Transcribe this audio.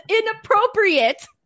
inappropriate